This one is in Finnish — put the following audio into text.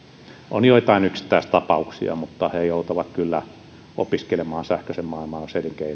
on joitain yksittäistapauksia mutta he joutavat kyllä opiskelemaan sähköisen maailman